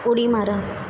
उडी मारा